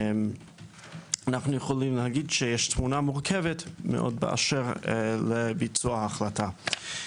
אנחנו יכולים להגיד שיש תמונה מורכבת מאוד באשר לביצוע ההחלטה.